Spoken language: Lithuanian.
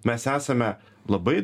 mes esame labai